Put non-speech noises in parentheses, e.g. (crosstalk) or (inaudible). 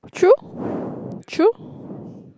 true (breath) true (breath)